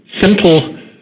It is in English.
simple